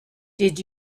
did